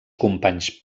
companys